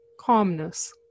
calmness